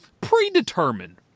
predetermined